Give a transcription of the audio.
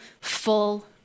full